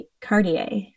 Cartier